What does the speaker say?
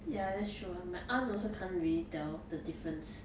ya that's true ah my aunt also can't really tell the difference